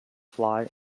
fly